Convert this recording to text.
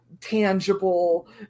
tangible